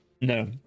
No